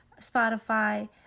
Spotify